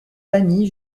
famille